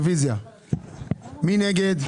מי נגד?